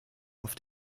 auf